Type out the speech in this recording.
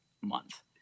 month